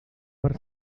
per